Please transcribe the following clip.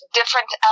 different